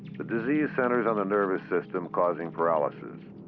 the disease centers on the nervous system, causing paralysis.